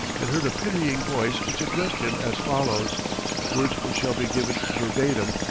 and heard a pitying voice which addressed him as follows words which shall be given verbatim,